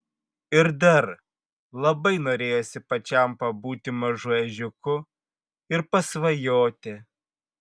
ir dar labai norėjosi pačiam pabūti mažu ežiuku ir pasvajoti